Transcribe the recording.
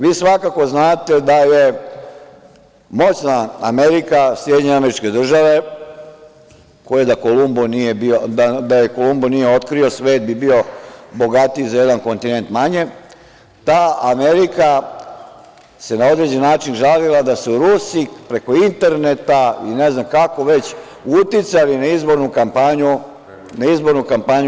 Vi svakako znate da je moćna Amerika, SAD, koje da Kolumbo nije otkrio, svet bi bio bogatiji za jedan kontinent manje, ta Amerika se na određen način žalila da su Rusi preko interneta i ne znam kako već, uticali na izbornu kampanju SAD.